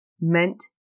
meant